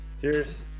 cheers